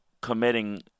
committing